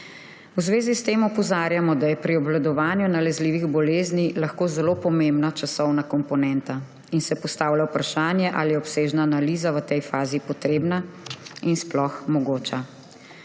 V zvezi s tem opozarjamo, da je pri obvladovanju nalezljivih boleznih lahko zelo pomembna časovna komponenta, in se postavlja vprašanje, ali je obsežna analiza v tej fazi potrebna in sploh mogoča.